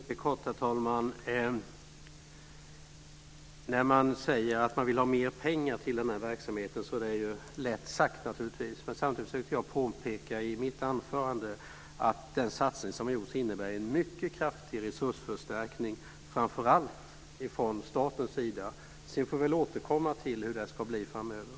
Herr talman! Det är naturligtvis lätt att säga att man vill ha mer pengar till denna verksamhet. Samtidigt försökte jag i mitt anförande påpeka att den satsning som har gjorts innebär en mycket kraftig resursförstärkning, framför allt från statens sida. Sedan får vi återkomma till hur det ska bli framöver.